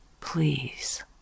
Please